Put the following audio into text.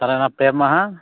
ᱛᱟᱦᱚᱞᱮ ᱚᱱᱟ ᱯᱮ ᱢᱟᱦᱟ